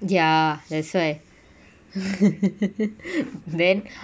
ya that's why then